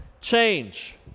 change